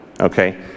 okay